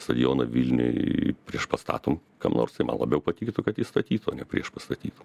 stadioną vilniuj priešpastatom kam nors tai man labiau patiktų kad jį statytų o ne priešpastatytų